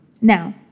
Now